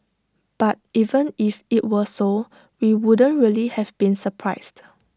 but even if IT were so we wouldn't really have been surprised